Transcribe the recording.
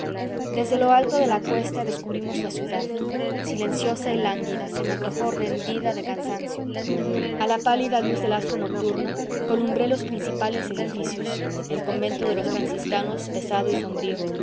desde lo alto de la cuesta descubrimos la ciudad silenciosa y lánguida se me antojó rendida de cansancio a la pálida luz del astro nocturno columbré los principales edificios el convento de los franciscanos pesado y sombrío